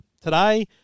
Today